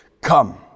come